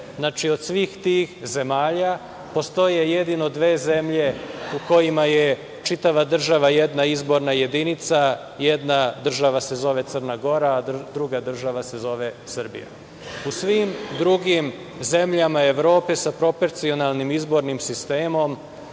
znači, od svih tih zemalja, postoje jedino dve zemlje u kojima je čitava država jedna izborna jedinica, jedna država se zove Crna Gora, a druga država se zove Srbija.U svim drugim zemljama Evrope sa proporcionalnim izbornim sistemom